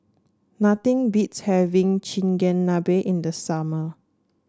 nothing beats having Chigenabe in the summer